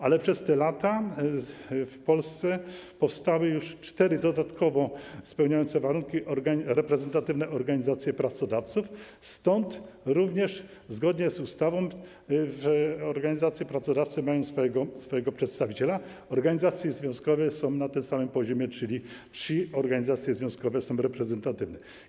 Ale przez te lata w Polsce powstały już cztery dodatkowo spełniające warunki reprezentatywne organizacje pracodawców, stąd również zgodnie z ustawą organizacje pracodawcy mają swojego przedstawiciela, organizacje związkowe są na tym samym poziomie, czyli organizacje związkowe są reprezentatywne.